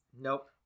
Nope